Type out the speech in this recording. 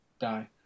die